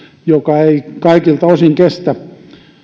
joka ei kaikilta osin kestä